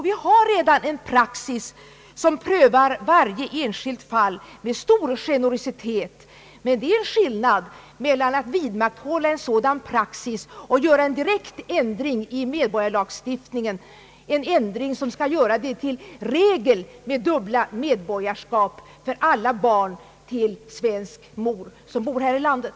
Vi har redan en praxis som prövar varje enskilt fall med stor generositet, men det är skillnad mellan att vidmakthålla en sådan praxis och att göra en direkt ändring i medborgarskapslagstiftningen, en ändring som skulle göra det till regel med dubbla medborgarskap för alla barn till svensk mor och utländsk far här i landet.